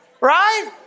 Right